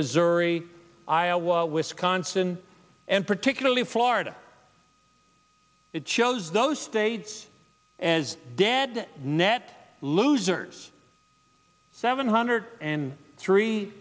missouri iowa wisconsin and particularly florida it shows those states as dad net losers seven hundred and three